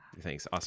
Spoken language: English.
thanks